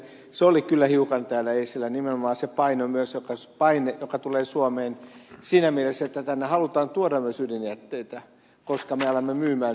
se oli kyllä hiukan täällä esillä nimenomaan se paine joka tulee suomeen siinä mielessä että tänne halutaan tuoda myös ydinjätteitä koska me alamme myydä ydinsähköä